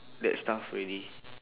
that stuff already